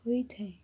ହୋଇଥାଏ